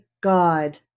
God